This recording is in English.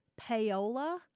payola